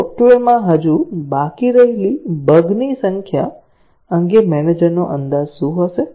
તો સોફ્ટવેરમાં હજુ બાકી રહેલી બગ ની સંખ્યા અંગે મેનેજરનો અંદાજ શું હશે